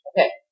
Okay